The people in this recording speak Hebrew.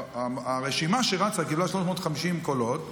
הרשימה שרצה קיבלה 350 קולות,